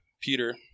Peter